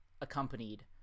accompanied